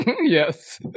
Yes